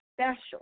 special